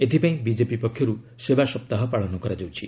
ଏଥିପାଇଁ ବିଜେପି ପକ୍ଷରୁ ସେବା ସପ୍ତାହ ପାଳନ କରାଯାଉଛି